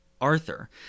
Arthur